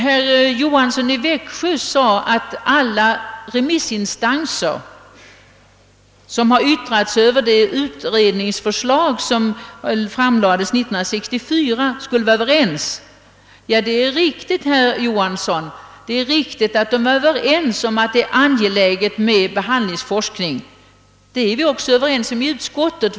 Herr Johansson i Växjö nämnde, att alla remissinstanser, som har yttrat sig över det utredningsförslag om behandlingsforskning som framlades 1964, skulle vara överens. Ja, det är riktigt, herr Johansson, att de är överens om att det är angeläget med behandlingsforskning. Det är vi också överens om inom utskottet.